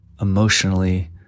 emotionally